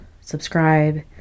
subscribe